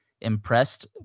impressed